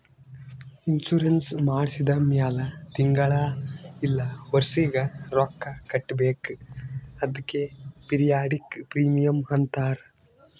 insurance ಮಾಡ್ಸಿದ ಮ್ಯಾಲ್ ತಿಂಗಳಾ ಇಲ್ಲ ವರ್ಷಿಗ ರೊಕ್ಕಾ ಕಟ್ಬೇಕ್ ಅದ್ಕೆ ಪಿರಿಯಾಡಿಕ್ ಪ್ರೀಮಿಯಂ ಅಂತಾರ್